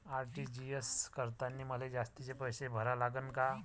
RTGS करतांनी मले जास्तीचे पैसे भरा लागन का?